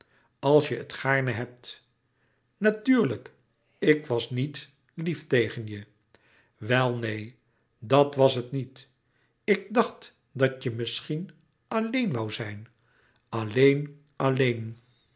als je het gaarne hebt natuurlijk ik was niet lief tegen je wel neen dat was het niet ik dacht dat je misschien alleen woû zijn alleen alleen